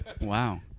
Wow